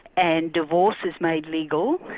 and divorce is made legal,